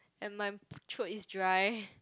and my throat is dry